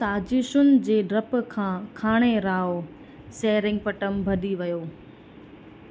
साजीशुन जे ॾपु खां खांणे राव सेरींगपट्टम भॼी वियो